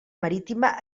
marítima